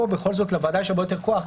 פה בכל זאת לוועדה יש הרבה יותר כוח.